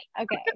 Okay